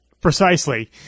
Precisely